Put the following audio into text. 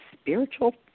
spiritual